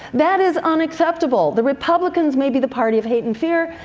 that is unacceptable. the republicans may be the party of hate and fear,